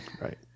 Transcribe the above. right